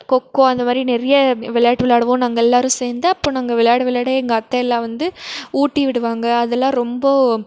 கொக்கோ அந்த மாதிரி நிறைய விளையாட்டு விளையாடுவோம் நாங்கள் எல்லோரும் சேர்ந்து அப்போ நாங்கள் விளையாட விளையாட எங்கள் அத்தையெல்லாம் வந்து ஊட்டி விடுவாங்க அதெல்லாம் ரொம்ப